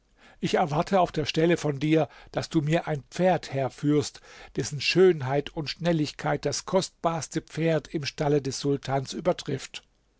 ich erwarte auf der stelle von dir daß du mir ein pferd herführst dessen schönheit und schnelligkeit das kostbarste pferd im stalle des sultans übertrifft